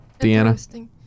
deanna